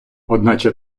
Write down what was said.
одначе